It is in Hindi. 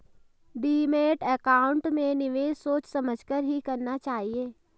डीमैट अकाउंट में निवेश सोच समझ कर ही करना चाहिए